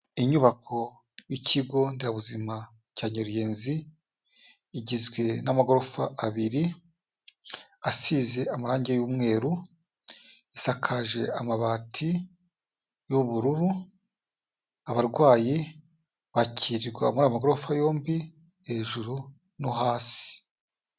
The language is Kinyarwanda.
Inyubako y'Ikigo Nderabuzima cya nyarugezi, igizwe n'amagorofa abiri, asize amarangi y'umweru, isakaje amabati y'ubururu, abarwayi bakirirwa muri ayo magorofa yombi, hejuru no hasi.